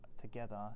together